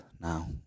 now